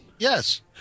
Yes